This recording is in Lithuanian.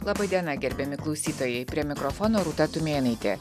laba diena gerbiami klausytojai prie mikrofono rūta tumėnaitė